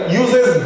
uses